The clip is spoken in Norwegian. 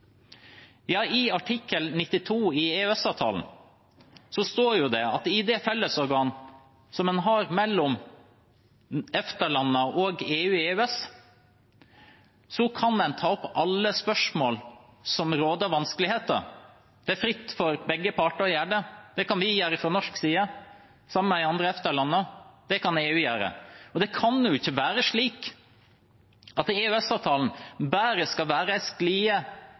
I artikkel 92 i EØS-avtalen står det at i det fellesorganet som en har mellom EFTA-landene og EU/EØS, kan en ta opp alle spørsmål som forårsaker vanskeligheter. Det er fritt for begge parter å gjøre det. Det kan vi gjøre fra norsk side, som de andre EFTA-landene. Det kan EU gjøre. Det kan ikke være slik at EØS-avtalen bare skal være en sklie